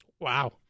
Wow